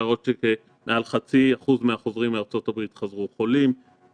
אפשר לראות שמעל חצי אחוז מהחוזרים מארצות הברית חזרו חולים,